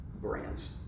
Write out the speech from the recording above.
Brands